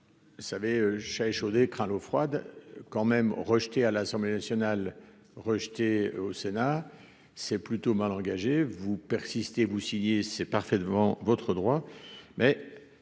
Vous savez, je ça échaudé craint l'eau froide quand même rejetée à l'Assemblée nationale, rejeté au Sénat, c'est plutôt mal vous persistez, vous signez, c'est parfaitement votre droit